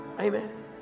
Amen